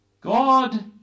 God